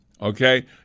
okay